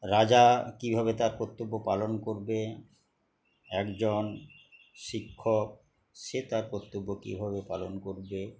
রাজা কীভাবে তার কর্তব্য পালন করবে একজন শিক্ষক সে তার কর্তব্য কীভাবে পালন করবে